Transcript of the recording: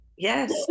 yes